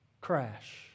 crash